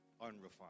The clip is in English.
unrefined